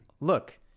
look